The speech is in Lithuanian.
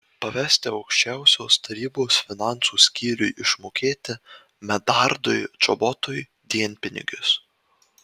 pavesti aukščiausiosios tarybos finansų skyriui išmokėti medardui čobotui dienpinigius